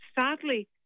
sadly